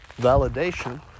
validation